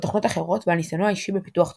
ותוכנות אחרות ועל ניסיונו האישי בפיתוח תוכנות,